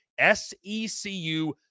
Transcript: SECU